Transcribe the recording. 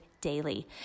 daily